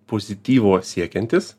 pozityvo siekiantis